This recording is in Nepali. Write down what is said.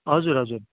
हजुर हजुर